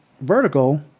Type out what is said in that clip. vertical